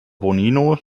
bonino